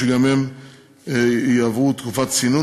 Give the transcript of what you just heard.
שגם הם יעברו תקופת צינון,